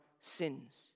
sins